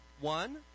one